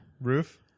Roof